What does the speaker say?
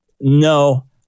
no